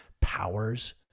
powers